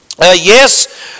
Yes